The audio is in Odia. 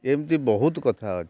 ଏମିତି ବହୁତ କଥା ଅଛି